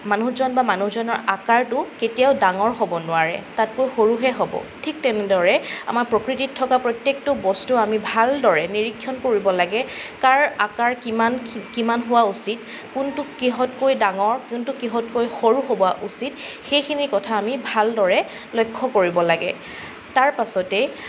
মানুহজন বা মানুহজনৰ আকাৰটো কেতিয়াও ডাঙৰ হ'ব নোৱাৰে তাতকৈ সৰুহে হ'ব ঠিক তেনেদৰে আমাৰ প্ৰকৃতিত থকা প্ৰত্যেকটো বস্তু আমি ভালদৰে নিৰীক্ষণ কৰিব লাগে কাৰ আকাৰ কিমান কিমান হোৱা উচিত কোনটো কিহতকৈ ডাঙৰ কোনটো কিহতকৈ সৰু হোৱা উচিত সেইখিনি কথা আমি ভালদৰে লক্ষ্য কৰিব লাগে তাৰ পাছতেই